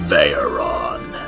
Veyron